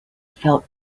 felt